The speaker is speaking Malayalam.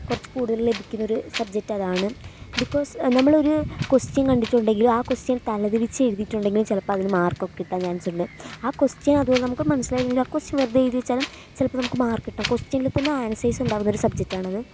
കുറച്ച് കൂടുതല് ലഭിക്കുന്ന ഒരു സബ്ജക്ട് അതാണ് ബിക്കോസ് നമ്മളൊരു കൊസ്റ്റൻ കണ്ടിട്ടുണ്ടെങ്കില് ആ കൊസ്റ്റൻ തലതിരിച്ചു എഴുതിയിട്ടുണ്ടെങ്കിലും ചിലപ്പോൾ അതിനു മാര്ക്ക് ഒക്കെ കിട്ടാന് ചാന്സുണ്ട് ആ കൊസ്റ്റൻ അതുപോലെ നമുക്ക് മനസ്സിലായില്ലെങ്കിലും ആ കൊസ്റ്റൻ വെറുതെ എഴുതി വച്ചാലും ചിലപ്പം നമുക്ക് മാര്ക്ക് കിട്ടും കൊസ്റ്റനിൽ തന്നെ ആന്സേർസ് ഉണ്ടാവുന്ന ഒരു സുബ്ജക്ട് ആണത്